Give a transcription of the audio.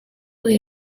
will